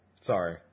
Sorry